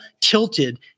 tilted